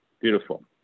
Beautiful